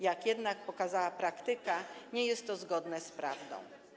Jak jednak pokazała praktyka, nie jest to zgodne z prawdą.